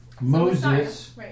Moses